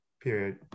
Period